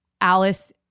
Alice